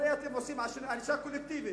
הרי אתם עושים ענישה קולקטיבית.